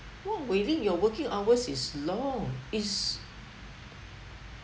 !wah! wei ling your working hours is long is